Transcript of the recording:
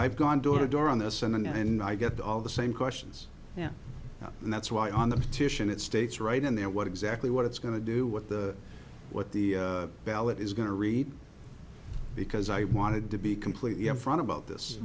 i've gone door to door on this and i get all the same questions now and that's why on the petition it states right in there what exactly what it's going to do what the what the ballot is going to read because i wanted to be completely up front about this